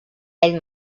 ell